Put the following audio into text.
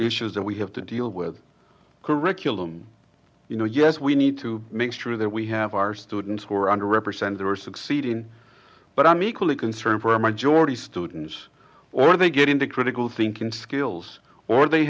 issues that we have to deal with curriculum you know yes we need to make sure that we have our students who are under represented there are succeeding but i'm equally concerned for a majority students or they get into critical thinking skills or they